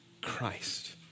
Christ